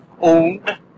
owned